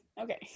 okay